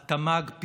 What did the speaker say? התמ"ג,